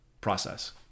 process